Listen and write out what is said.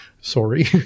sorry